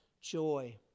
joy